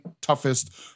toughest